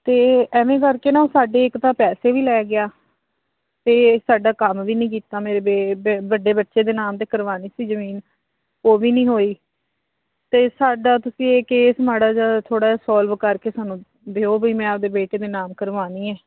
ਅਤੇ ਐਵੇਂ ਕਰਕੇ ਨਾ ਸਾਡੇ ਇੱਕ ਤਾਂ ਪੈਸੇ ਵੀ ਲੈ ਗਿਆ ਅਤੇ ਸਾਡਾ ਕੰਮ ਵੀ ਨਹੀਂ ਕੀਤਾ ਮੇਰੇ ਬੇ ਵੱਡੇ ਬੱਚੇ ਦੇ ਨਾਮ 'ਤੇ ਕਰਵਾ ਦਿੱਤੀ ਜ਼ਮੀਨ ਉਹ ਵੀ ਨਹੀਂ ਹੋਈ ਅਤੇ ਸਾਡਾ ਤੁਸੀਂ ਇਹ ਕੇਸ ਮਾੜਾ ਜਿਹਾ ਥੋੜ੍ਹਾ ਸੋਲਵ ਕਰਕੇ ਸਾਨੂੰ ਦਿਓ ਬਈ ਮੈਂ ਆਪਦੇ ਬੇਟੇ ਦੇ ਨਾਮ ਕਰਵਾਉਣੀ ਹੈ